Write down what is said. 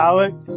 Alex